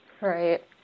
Right